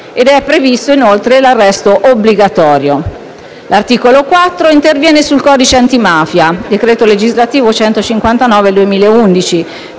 (ed è previsto l'arresto obbligatorio). L'articolo 4 interviene sul codice antimafia (decreto legislativo n. 159 del 2011)